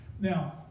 now